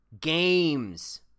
games